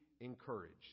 encouraged